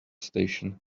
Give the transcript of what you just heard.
station